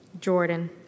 Jordan